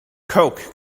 coke